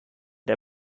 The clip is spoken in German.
der